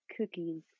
cookies